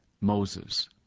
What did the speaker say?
Moses